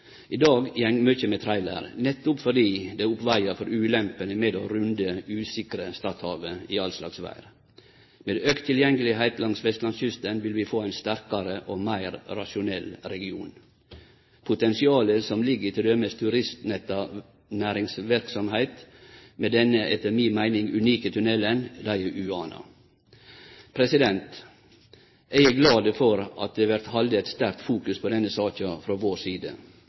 I dag går mykje med trailer, nettopp fordi det veg opp for ulempene med å runde det usikre Stadhavet, i all slags vêr. Med auka tilgjengelegheit langs vestlandskysten vil vi få ein sterkare og meir rasjonell region. Potensialet som ligg i t.d. turistretta næringsverksemd med denne, etter mi meining, unike tunnelen, er utruleg stort. Eg er glad for at det vert halde eit sterkt fokus på denne saka frå vår side,